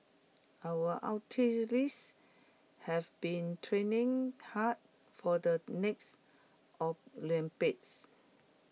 our athletes have been training hard for the next Olympics